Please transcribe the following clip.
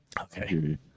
okay